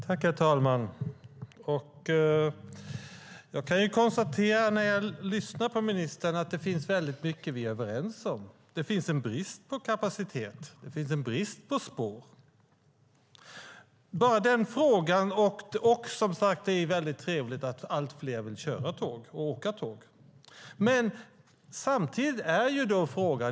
Herr talman! Jag kan konstatera, när jag lyssnar på ministern, att det finns mycket vi är överens om. Det finns en brist på kapacitet. Det finns en brist på spår. Det är som sagt också trevligt att allt fler vill köra och åka tåg. Samtidigt finns det en fråga.